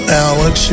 alex